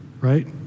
right